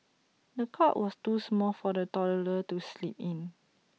the cot was too small for the toddler to sleep in